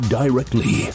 directly